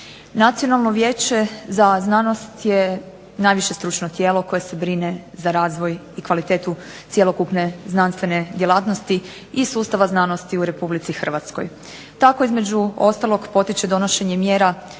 Nacionalno vijeće za znanost je najviše stručno tijelo koje se brine za razvoj i kvalitetu cjelokupne znanstvene djelatnosti i sustava znanosti u RH. Tako između ostalog potiče donošenje mjera za